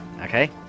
Okay